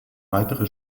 weitere